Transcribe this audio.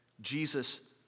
Jesus